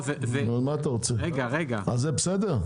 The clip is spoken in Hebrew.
זה בסדר?